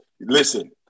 listen